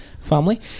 family